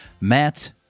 Matt